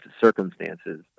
circumstances